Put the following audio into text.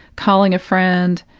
calling a friend,